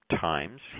times